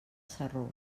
sarró